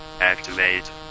Activate